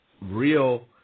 real